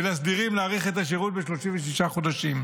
ואת הסדירים, להאריך את השירות ל-36 חודשים.